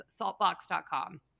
saltbox.com